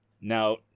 Now